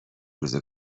روز